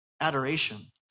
Adoration